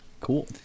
Cool